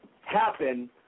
happen